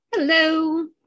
Hello